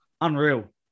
unreal